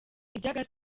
iby’agaciro